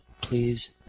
please